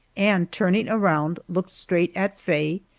and turning around looked straight at faye,